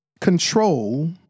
control